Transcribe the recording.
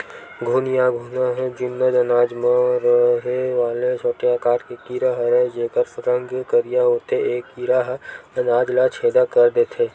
घुन या घुना ह जुन्ना अनाज मन म रहें वाले छोटे आकार के कीरा हरयए जेकर रंग करिया होथे ए कीरा ह अनाज ल छेंदा कर देथे